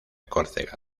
córcega